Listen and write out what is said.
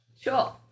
sure